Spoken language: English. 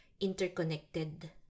interconnected